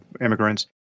immigrants